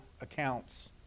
accounts